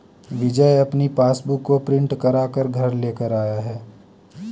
विजय अपनी पासबुक को प्रिंट करा कर घर लेकर आया है